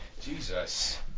Jesus